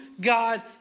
God